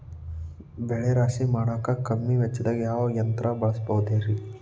ಬೆಳೆ ರಾಶಿ ಮಾಡಾಕ ಕಮ್ಮಿ ವೆಚ್ಚದಾಗ ಯಾವ ಯಂತ್ರ ಬಳಸಬಹುದುರೇ?